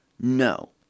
No